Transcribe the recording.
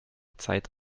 zeit